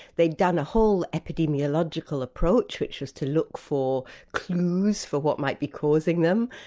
they'd done a whole epidemiological approach which was to look for clues for what might be causing them,